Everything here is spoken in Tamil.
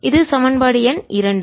அது சமன்பாடு என் இரண்டு